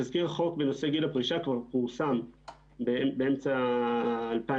תזכיר חוק בנושא גיל הפרישה כבר פורסם באמצע 2018,